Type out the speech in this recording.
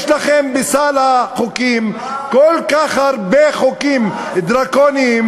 יש לכם בסל החוקים כל כך הרבה חוקים דרקוניים